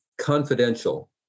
confidential